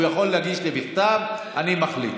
הוא יכול להגיש לי בכתב, אני מחליט.